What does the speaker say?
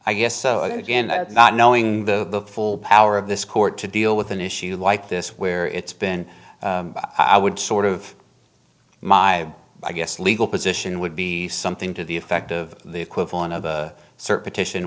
i guess so again not knowing the full power of this court to deal with an issue like this where it's been i would sort of my i guess legal position would be something to the effect of the equivalent of a cert